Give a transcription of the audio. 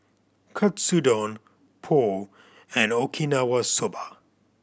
Katsudon Pho and Okinawa Soba